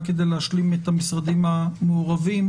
רק כדי להשלים את המשרדים המעורבים,